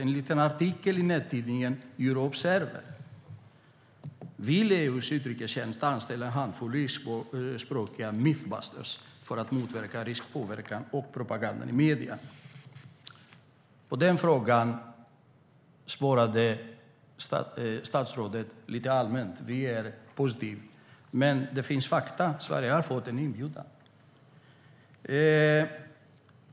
Enligt en artikel i nättidningen Euobserver vill EU:s utrikestjänst anställa en handfull ryskspråkiga "mythbusters" för att motverka rysk påverkan på och propaganda i medierna. På den frågan svarade statsrådet lite allmänt att man är positiv. Men det finns fakta - Sverige har fått en inbjudan.